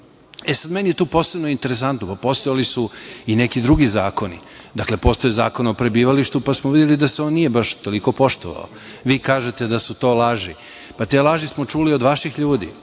Meni je tu posebno interesantno, pa postojali su i neki drugi zakoni. Dakle, postojao je Zakon o prebivalištu pa smo videli da se on nije baš toliko poštovao. Vi kažete da su to laži, pa te laži smo čuli od vaših ljudi.